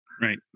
Right